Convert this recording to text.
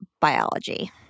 biology